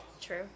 True